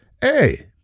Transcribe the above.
Hey